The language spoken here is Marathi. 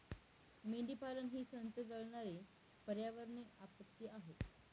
मेंढीपालन ही संथ जळणारी पर्यावरणीय आपत्ती आहे